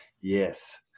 Yes